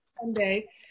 Sunday